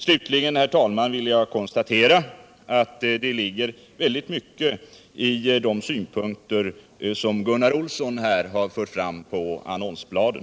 Slutligen konstaterar jag att det ligger mycket i de synpunkter som Gunnar Olsson här anförde rörande annonsbladen.